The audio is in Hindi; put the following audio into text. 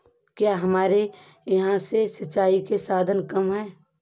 क्या हमारे यहाँ से सिंचाई के साधन कम है?